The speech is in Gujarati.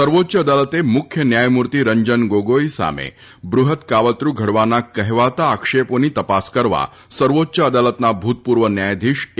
સર્વોચ્ચ અદાલતે મુખ્ય ન્યાયમૂર્તિ રંજન ગોગોઇ સામે બૃફદ કાવતરૂ ઘડવાના કહેવાતા આક્ષેપોની તપાસ કરવા સર્વોચ્ય અદાલતના ભૂતપૂર્વ ન્યાયાધીશ એ